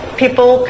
people